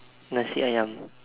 Nasi ayam